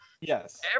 Yes